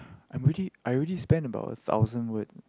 I already I already spend about a thousand word